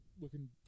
Looking